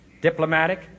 diplomatic